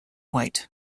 white